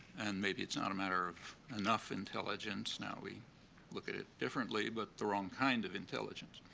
and maybe it's not a matter of enough intelligence. now we look at it differently, but the wrong kind of intelligence.